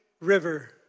river